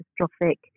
catastrophic